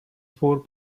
four